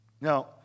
Now